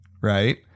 right